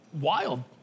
wild